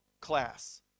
class